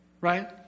right